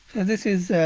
and this is.